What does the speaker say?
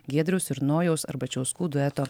giedriaus ir nojaus arbačiauskų dueto